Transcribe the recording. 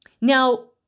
Now